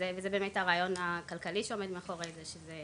וזה באמת הרעיון הכלכלי שעומד מאחורי זה, שזה